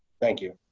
thank you,